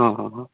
ହଁ ହଁ ହଁ